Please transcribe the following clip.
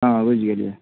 हँ बुझि गेलियै